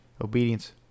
obedience